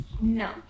No